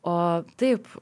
o taip